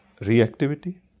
reactivity